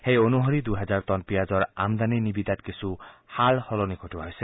সেই অনুসৰি দুহাজাৰ টন পিয়াজৰ আমদানি নিবিদাত কিছু সালসলনি ঘটোৱা হৈছে